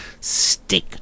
Stick